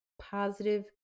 positive